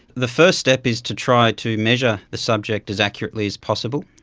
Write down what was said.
the first step is to try to measure the subject as accurately as possible.